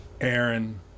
Aaron